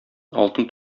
алтын